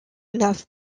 enough